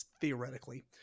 theoretically